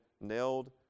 nailed